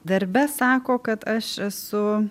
darbe sako kad aš esu